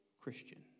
Christian